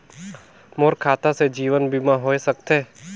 मोर खाता से जीवन बीमा होए सकथे?